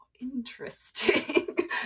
interesting